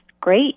great